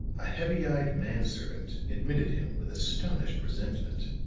a heavy-eyed man servant admitted him with astonished resentment.